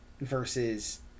versus